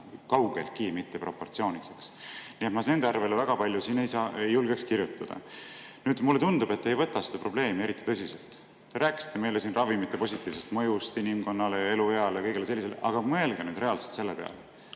kaugeltki mitte proportsioonis. Nii et ma selle arvele väga palju siin ei julgeks kirjutada. Mulle tundub, et te ei võta seda probleemi eriti tõsiselt. Te rääkisite meile siin ravimite positiivsest mõjust inimkonnale, elueale ja kõigele sellisele. Aga mõelge nüüd reaalselt selle peale,